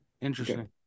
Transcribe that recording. Interesting